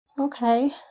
Okay